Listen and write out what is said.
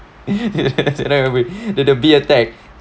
the the bee attack